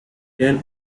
then